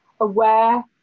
aware